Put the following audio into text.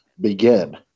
begin